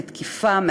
מתקיפה,